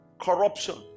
corruption